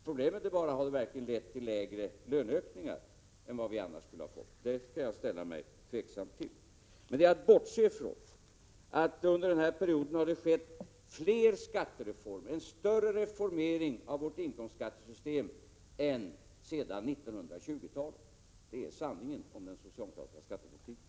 Problemet är bara om det verkligen har lett till lägre löneökningar än vi annars skulle ha fått. Det kan jag ställa mig tveksam till. Bortsett från 81 detta har det under den här perioden skett fler skattereformer och större reformering av vårt inkomstskattesystem än vad som varit fallet sedan 1920-talet. Det är sanningen om den socialdemokratiska skattepolitiken.